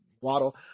Waddle